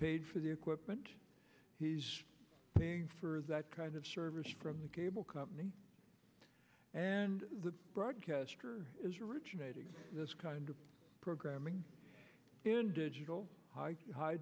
paid for the equipment he's paying for that kind of service from the cable company and the broadcaster is originating this kind of programming in digital hi